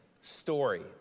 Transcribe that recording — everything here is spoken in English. story